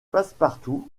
passepartout